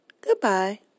Goodbye